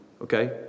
okay